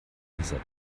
dieser